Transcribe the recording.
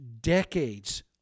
decades